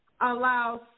allows